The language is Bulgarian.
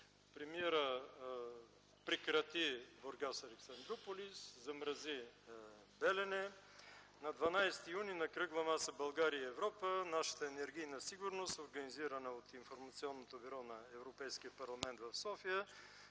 премиерът прекрати „Бургас-Александруполис”, замрази „Белене”. На 12 юни т.г. на Кръгла маса „България-Европа и нашата енергийна сигурност”, организирана от Информационното бюро на Европейския парламент в София,